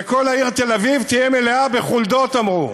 וכל העיר תל-אביב תהיה מלאה בחולדות, אמרו.